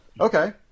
Okay